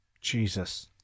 Jesus